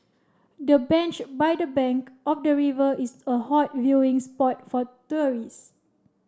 the bench by the bank of the river is a hot viewing spot for tourists